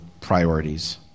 priorities